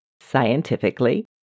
scientifically